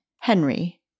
Henry